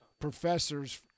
professors